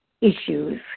issues